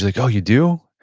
like, oh, you do?